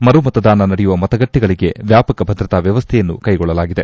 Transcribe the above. ಮರುಮತದಾನ ನಡೆಯುವ ಮತಗಟ್ಟೆಗಳಿಗೆ ವ್ಯಾಪಕ ಭದ್ರತಾ ವ್ಯವಸ್ಥೆಯನ್ನು ಕೈಗೊಳ್ಳಲಾಗಿದೆ